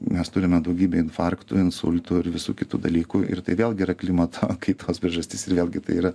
mes turime daugybę infarktų insultų ir visų kitų dalykų ir tai vėlgi yra klimato kaitos priežastis ir vėlgi tai yra